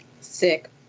Sick